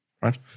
Right